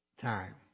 time